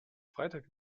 freitag